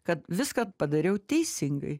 kad viską padariau teisingai